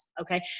okay